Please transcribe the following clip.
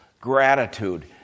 gratitude